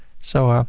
so, um